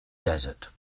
desert